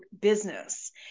business